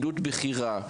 פקידות בכירה,